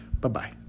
Bye-bye